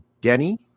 Denny